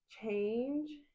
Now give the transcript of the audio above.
change